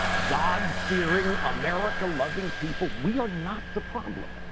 god-fearing, america-loving people. we are not the problem.